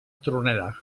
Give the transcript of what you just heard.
tronera